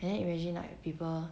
and then imagine like people